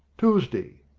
tuesday?